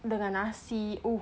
dengan nasi !oof!